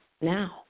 now